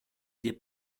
des